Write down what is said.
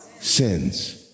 Sins